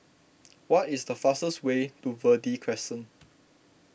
what is the fastest way to Verde Crescent